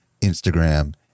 Instagram